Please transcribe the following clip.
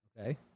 Okay